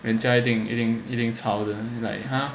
人家一定一定吵的 like !huh!